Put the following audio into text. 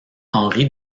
henri